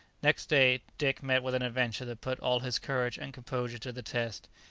next day, dick met with an adventure that put all his courage and composure to the test.